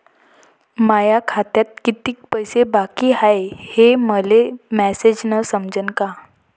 माया खात्यात कितीक पैसे बाकी हाय हे मले मॅसेजन समजनं का?